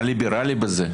מה ליברלי בזה?